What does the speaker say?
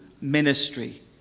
ministry